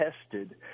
tested